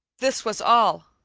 this was all.